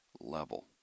level